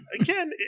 again